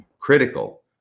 critical